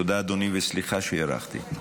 תודה, אדוני, וסליחה שהארכתי.